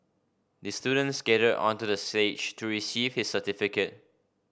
the student skated onto the stage to receive his certificate